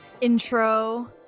intro